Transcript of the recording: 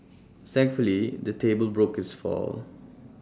thankfully the table broke his fall